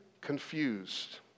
confused